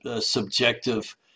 subjective